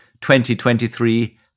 2023